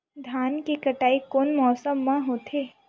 धान के कटाई कोन मौसम मा होथे?